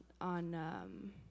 on